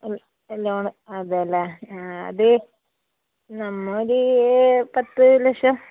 loan അതെ അല്ലേ അത് നമ്മൾ ഒരു പത്ത് ലക്ഷം